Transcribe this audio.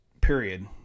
period